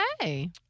Okay